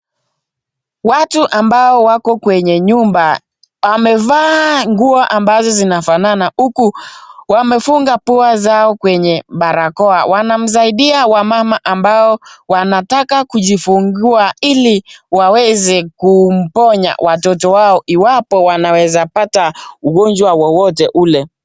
Watu ambao wako kwenye nyumba, wamevaa nguo ambazo zinafanana uku wamefunga pua zao kwenye barakoa. Wanamsaidia wamama ambao wanataka kujifungua ili waweze kumponya watoto wao iwapo wanaweza pata ugonjwa wowote ule.